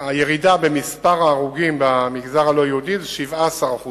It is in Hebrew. הירידה במספר ההרוגים במגזר הלא-יהודי זה 17%